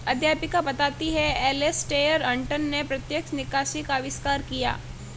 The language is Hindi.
अध्यापिका बताती हैं एलेसटेयर हटंन ने प्रत्यक्ष निकासी का अविष्कार किया